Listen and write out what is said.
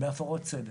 בהפרות סדר.